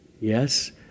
Yes